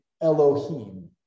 Elohim